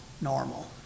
normal